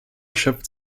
schöpft